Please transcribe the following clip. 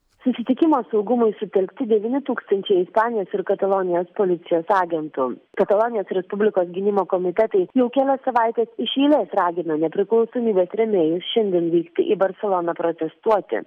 susitikimo saugumui sutelkti devyni tūkstančiai ispanijos ir katalonijos policijos agentų katalonijos respublikos gynimo komitetai jau kelias savaites iš eilės ragino nepriklausomybės rėmėjus šiandien vykti į barseloną protestuoti